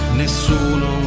nessuno